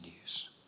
news